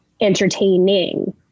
entertaining